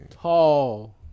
Tall